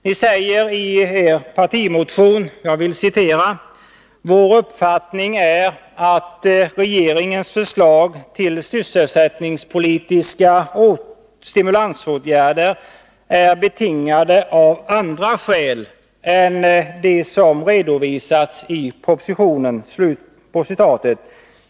Ni säger i er partimotion följande: Vår uppfattning är att regeringens förslag till sysselsättningspolitiska stimulansåtgärder är betingade av andra skäl än de som redovisats i propositionen.